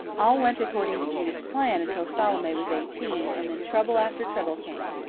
all went according to judith's planning until salome was eighteen, and then trouble after trouble came.